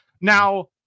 Now